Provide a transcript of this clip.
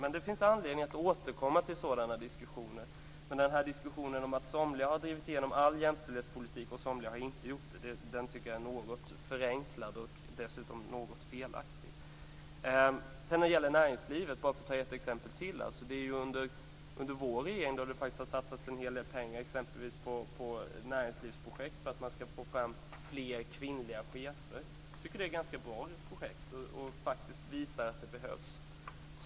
Men det finns anledning att återkomma till sådana diskussioner. Diskussionen om att somliga har drivit igenom all jämställdhetspolitik och att somliga inte har gjort det är något förenklad och dessutom något felaktig. När det gäller näringslivet vill jag bara ta ett exempel till. Det är faktiskt under vår regering som det har satsats en hel del pengar exempelvis på näringslivsprojekt för att man skall få fram fler kvinnliga chefer. Jag tycker att det är ett ganska bra projekt, och det visar att det behövs.